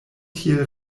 tiel